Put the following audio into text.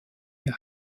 ihr